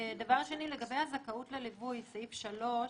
לגבי הזכאות לליווי, סעיף (3).